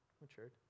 Matured